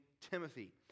Timothy